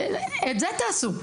את זה תעשו.